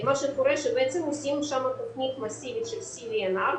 מה שקורה שבעצם עושים שם תכנית מסיבית של CVNR,